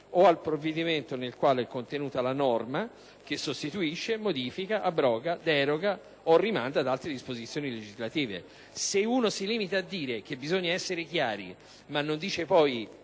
o al provvedimento nel quale è contenuta la norma che sostituisce, modifica, abroga, deroga o rimanda ad altre disposizioni legislative». Se uno si limita a dire che bisogna essere chiari, ma non dice poi